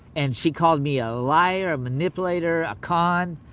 and she called me a liar, a manipulator, a con.